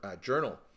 journal